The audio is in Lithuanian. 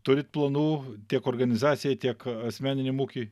turit planų tiek organizacijai tiek asmeniniam ūkiui